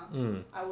mm